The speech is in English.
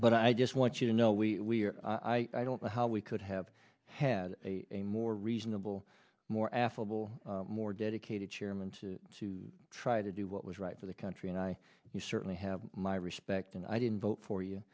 but i just want you to know we i don't know how we could have had a more reasonable more affable more dedicated chairman to try to do what was right for the country and i you certainly have my respect and i didn't vote for you